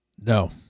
No